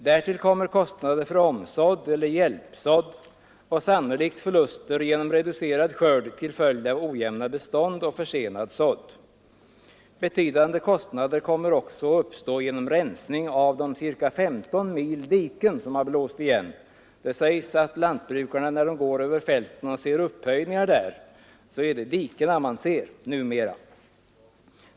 Härtill kommer kostnader för omsådd eller hjälpsådd och sannolikt förluster genom reducerad skörd till följd av ojämna bestånd och försenad sådd. Betydande kostnader kommer också att uppstå genom rensning av de ca 15 mil diken som har blåst igen. Det sägs att de upphöjningar som lantbrukarna numera ser, när de går över fälten, är före detta diken.